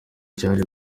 cyaje